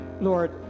Lord